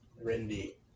Rindy